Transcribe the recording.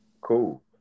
Cool